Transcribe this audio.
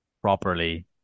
properly